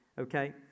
okay